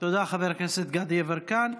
תודה, חבר הכנסת גדי יברקן.